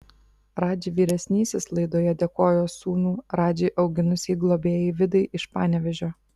radži vyresnysis laidoje dėkojo sūnų radži auginusiai globėjai vidai iš panevėžio